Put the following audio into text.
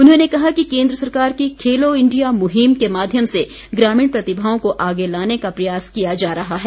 उन्होंने कहा कि केन्द्र सरकार की खेलो इंडिया मुहिम के माध्यम से ग्रामीण प्रतिभाओं को आगे लाने का प्रयास किया जा रहा है